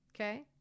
Okay